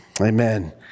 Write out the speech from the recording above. amen